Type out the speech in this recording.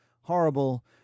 horrible